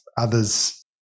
others